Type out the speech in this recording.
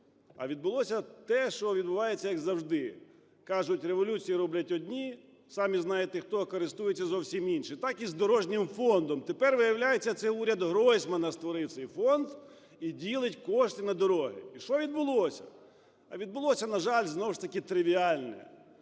А відбулося те, що відбувається, як завжди. Кажуть, революції роблять одні, самі знаєте хто, а користуються зовсім інші. Так і з дорожнім фондом. Тепер, виявляється, це уряд Гройсмана створив цей фонд і ділить кошти на дороги. І що відбулося? А відбулося, на жаль, знову ж таки тривіальне: